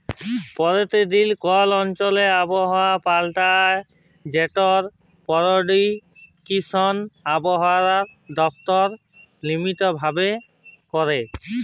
পরতিদিল কল অঞ্চলে আবহাওয়া পাল্টায় যেটর পেরডিকশল আবহাওয়া দপ্তর লিয়মিত ভাবে ক্যরে